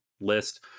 list